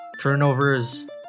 Turnovers